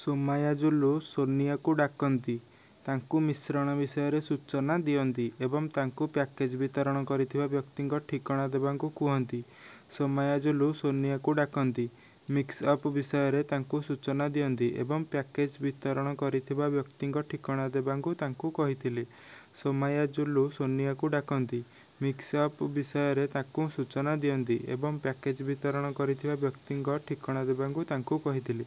ସୋମାୟାଜୁଲୁ ସୋନିଆକୁ ଡାକନ୍ତି ତାଙ୍କୁ ମିଶ୍ରଣ ବିଷୟରେ ସୂଚନା ଦିଅନ୍ତି ଏବଂ ତାଙ୍କୁ ପ୍ୟାକେଜ୍ ବିତରଣ କରିଥିବା ବ୍ୟକ୍ତିଙ୍କ ଠିକଣା ଦେବାଙ୍କୁ କୁହନ୍ତି ସୋମାୟାଜୁଲୁ ସୋନିଆକୁ ଡାକନ୍ତି ମିକ୍ସ ଅପ୍ ବିଷୟରେ ତାଙ୍କୁ ସୂଚନା ଦିଅନ୍ତି ଏବଂ ପ୍ୟାକେଜ୍ ବିତରଣ କରିଥିବା ବ୍ୟକ୍ତିଙ୍କ ଠିକଣା ଦେବାଙ୍କୁ ତାଙ୍କୁ କହିଥିଲେ ସୋମାୟାଜୁଲୁ ସୋନିଆକୁ ଡାକନ୍ତି ମିକ୍ସ ଅପ୍ ବିଷୟରେ ତାଙ୍କୁ ସୂଚନା ଦିଅନ୍ତି ଏବଂ ପ୍ୟାକେଜ୍ ବିତରଣ କରିଥିବା ବ୍ୟକ୍ତିଙ୍କ ଠିକଣା ଦେବାଙ୍କୁ ତାଙ୍କୁ କହିଥିଲେ